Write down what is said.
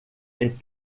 est